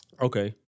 Okay